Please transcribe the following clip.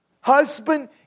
Husband